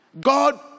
God